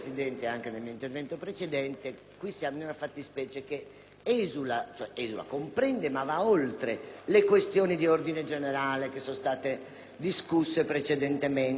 che comprende ma va oltre - dalle questioni di ordine generale discusse precedentemente e che richiederebbero un ripensamento da parte della Giunta